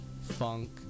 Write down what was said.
funk